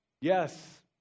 Yes